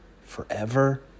forever